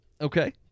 okay